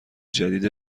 جدید